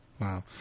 Wow